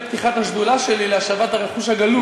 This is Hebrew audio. פתיחת השדולה שלי להשבת הרכוש הגנוב.